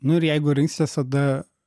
nu ir jeigu rinksitės tada